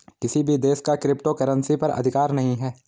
किसी भी देश का क्रिप्टो करेंसी पर अधिकार नहीं है